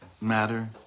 matter